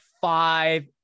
five